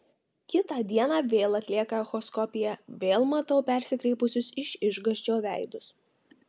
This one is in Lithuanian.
kitą dieną vėl atlieka echoskopiją vėl matau persikreipusius iš išgąsčio veidus